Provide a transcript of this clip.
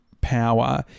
power